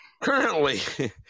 Currently